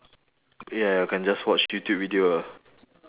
ya you can just watch youtube video ah